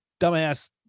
dumbass